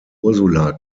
ursula